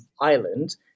island